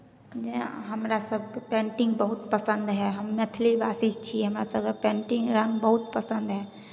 जेना हमरा सभके पेन्टिंग बहुत पसन्द हए हम मैथिली भाषी छी हमरा सभके पेन्टिंग रङ्ग बहुत पसन्द हए